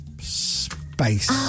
Space